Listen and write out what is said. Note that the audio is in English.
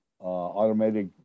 automatic